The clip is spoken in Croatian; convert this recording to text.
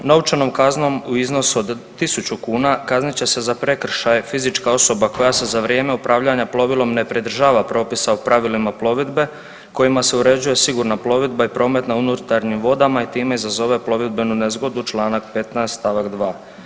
1. Novčanom kaznom u iznosu od tisuću kuna kaznit će se za prekršaj fizička osoba koja se za vrijeme upravljanja plovilom ne pridržava propisa o pravilima plovidbe kojima se uređuje sigurna plovidba i promet na unutarnjim vodama i time izazove plovidbenu nesreću, čl. 15. st. 2.